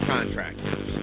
Contractors